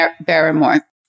Barrymore